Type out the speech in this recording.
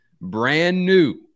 brand-new